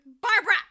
Barbara